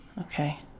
Okay